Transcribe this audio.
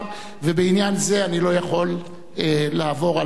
ובעניין זה אני לא יכול לעבור על הסדר.